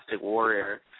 Warrior